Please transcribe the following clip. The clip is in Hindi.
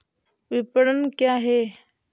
विपणन क्या है?